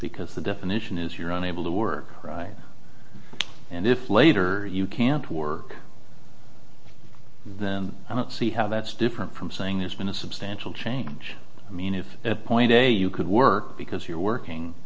because the definition is your own able to work right and if later you can't work then i don't see how that's different from saying there's been a substantial change i mean if at point a you could work because you're working